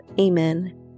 Amen